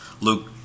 Luke